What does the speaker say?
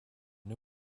new